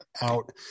out